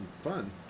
fun